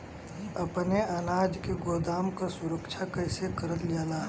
अपने अनाज के गोदाम क सुरक्षा कइसे करल जा?